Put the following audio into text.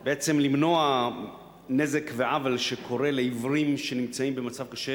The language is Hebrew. בעצם למנוע נזק ועוול שקורה לעיוורים שנמצאים במצב קשה.